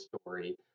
story